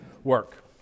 work